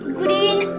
green